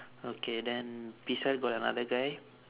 okay then beside got another guy